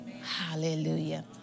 hallelujah